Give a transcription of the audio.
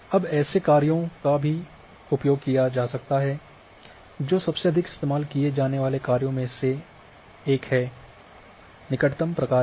अब ऐसे कार्यों का भी उपयोग किया जा सकता है जो सबसे अधिक इस्तेमाल किए जाने वाले कार्यों में से एक हैं निकटतम प्रकार्य